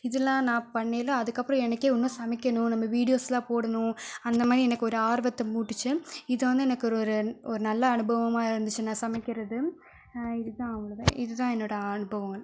இதெல்லாம் நான் பண்ணயில அதுக்கு அப்புறம் எனக்கே இன்னும் சமைக்கணும் நம்ம விடீயோஸ்லாம் போடணும் அந்த மாதிரி எனக்கு ஒரு ஆர்வத்தை மூட்டுச்சு இது வந்து எனக்கு ஒரு ஒரு நல்ல அனுபவமாக இருந்துச்சு நான் சமைக்கிறது இது தான் அவ்வளவு தான் இது தான் என்னோட அனுபவம்